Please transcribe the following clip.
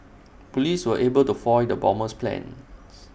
Police were able to foil the bomber's plans